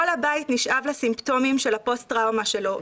כל הבית נשאב לסימפטומים של הפוסט-טראומה שלו,